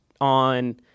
on